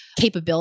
capability